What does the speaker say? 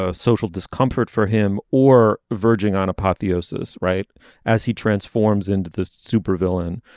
ah social discomfort for him or verging on apotheosis right as he transforms into the supervillain